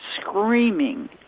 screaming